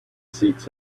seats